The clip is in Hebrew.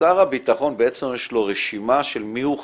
שר הביטחון, יש לו רשימה של מיהו חרדי.